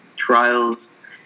trials